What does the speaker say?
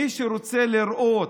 מי שרוצה להראות